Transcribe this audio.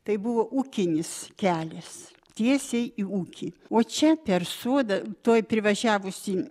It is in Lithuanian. tai buvo ūkinis kelias tiesiai į ūkį o čia per sodą tuoj privažiavus į